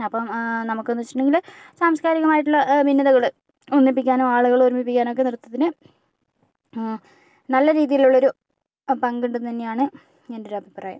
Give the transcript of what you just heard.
അപ്പം നമുക്കിന്ന് വെച്ചിട്ടുണ്ടെങ്കില് സാംസ്കാരികമായിട്ടുള്ള ഭിന്നതകള് ഒന്നിപ്പിക്കാനും ആളുകളെ ഒരുമിപ്പിക്കാനൊക്കെ നൃത്തത്തിന് നല്ല രീതിയിലുള്ള ഒരു പങ്ക് ഉണ്ടെന്ന് തന്നെയാണ് എൻ്റെ ഒരു അഭിപ്രായം